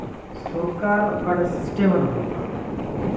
ᱥᱚᱨᱠᱟᱨ ᱚᱠᱟᱴᱟᱜ ᱥᱤᱥᱴᱮᱢᱮ ᱫᱚᱦᱚᱣᱟᱠᱟᱜ